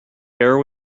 air